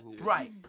right